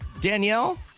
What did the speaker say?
Danielle